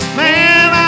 man